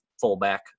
fullback